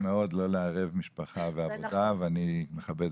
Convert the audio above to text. ברדיו, וראיתי